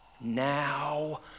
Now